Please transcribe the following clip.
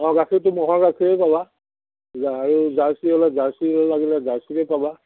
অঁ গাখীৰটো ম'হৰ গাখীৰৰে পাবা আৰু জাৰ্চি হ'লে জাৰ্চি লাগিলে জাৰ্চিৰে পাবা